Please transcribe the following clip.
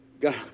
got